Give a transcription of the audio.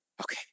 Okay